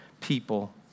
people